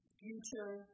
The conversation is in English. future